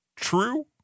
true